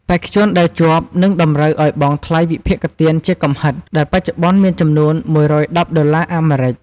បេក្ខជនដែលជាប់នឹងតម្រូវឱ្យបង់ ថ្លៃវិភាគទានជាកំហិត ដែលបច្ចុប្បន្នមានចំនួន ១១០ ដុល្លារអាមេរិក។